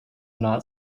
not